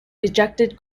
rejected